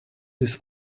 this